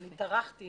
אני טרחתי